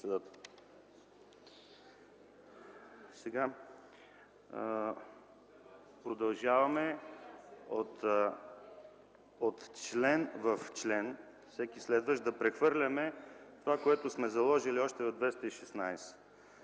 Продължаваме от член в член, всеки следващ, да прехвърляме това, което сме заложили още в чл.